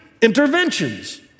interventions